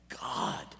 God